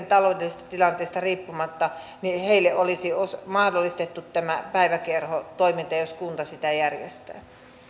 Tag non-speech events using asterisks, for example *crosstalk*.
*unintelligible* taloudellisesta tilanteesta riippumatta olisi olisi mahdollistettu tämä päiväkerhotoiminta jos kunta sitä järjestää